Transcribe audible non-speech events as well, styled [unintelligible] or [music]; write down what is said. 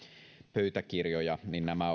pöytäkirjoja niin nämä [unintelligible]